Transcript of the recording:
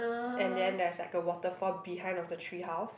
and then there's like a waterfall behind of the treehouse